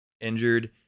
Injured